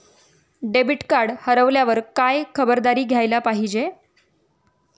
Debit card हरवल्यावर काय खबरदारी घ्यायला पाहिजे?